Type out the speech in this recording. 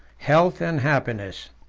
health and happiness.